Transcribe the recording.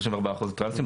34% טרנסים,